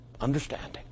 understanding